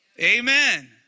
Amen